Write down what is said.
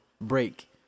break